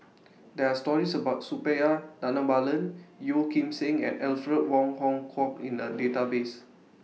There Are stories about Suppiah Dhanabalan Yeo Kim Seng and Alfred Wong Hong Kwok in The Database